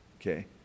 okay